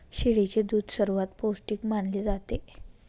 शेळीचे दूध सर्वात पौष्टिक मानले जाते